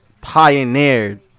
Pioneered